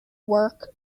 work